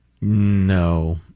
No